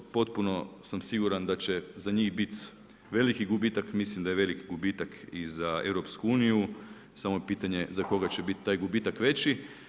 Potpuno sam siguran da će za njih biti veliki gubitak, mislim da je veliki gubitak i za EU, samo je pitanje za koga će biti taj gubitak veći.